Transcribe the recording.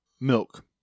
milk